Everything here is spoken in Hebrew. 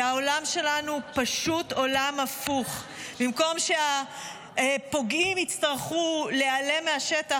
והעולם שלנו פשוט עולם הפוך: במקום שהפוגעים יצטרכו להיעלם מהשטח,